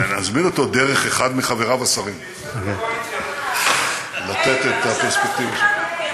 נזמין אותו דרך אחד מחבריו השרים לתת את הפרספקטיבה שלו.